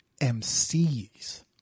MCs